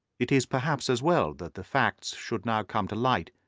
it is perhaps as well that the facts should now come to light,